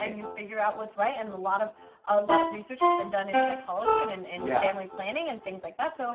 and you figure out what's right, and a lot of ah lot of research has been done in psychology and and and yeah family planning and things like that. so